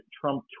Trump